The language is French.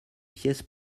pièces